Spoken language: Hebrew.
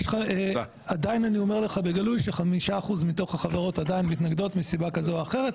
אני אומר לך בגלוי ש-5% מהחברות עדיין מתנגדות מסיבה כזאת או אחרת.